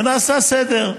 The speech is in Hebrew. ונעשה סדר.